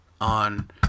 on